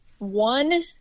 one